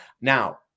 Now